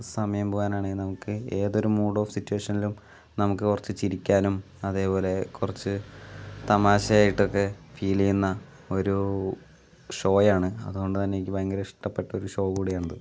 സമയം പോകാനാണെങ്കിൽ നമുക്ക് ഏതൊരു മൂഡ് ഓഫ് സിറ്റുവേഷനിലും നമുക്ക് കുറച്ച് ചിരിക്കാനും അതേപോലെ കുറച്ച് തമാശയായിട്ടൊക്കെ ഫീൽ ചെയ്യുന്ന ഒരു ഷോയാണ് അതുകൊണ്ടു തന്നെ എനിക്ക് ഭയങ്കര ഇഷ്ടപ്പെട്ട ഒരു ഷോ കൂടിയാണ് ഇത്